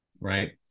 right